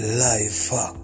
life